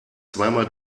zweimal